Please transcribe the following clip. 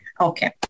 Okay